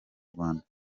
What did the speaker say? rwanda